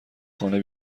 خانه